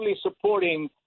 supporting